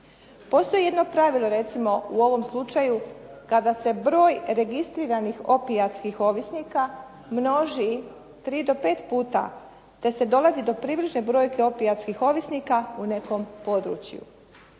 Postoji jedno pravilo recimo u ovom slučaju kada se broj registriranih opijatskih ovisnika množi tri do pet puta, te se dolazi do približne brojke opijatskih ovisnika u nekom području.